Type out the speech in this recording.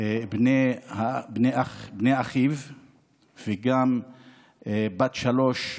בני אחיו, וגם עם בת שלוש,